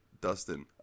dustin